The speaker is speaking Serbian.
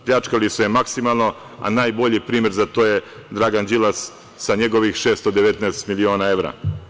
Pljačkali su je maksimalno, a najbolji primer za to je Dragan Đilas sa njegovih 619 miliona evra.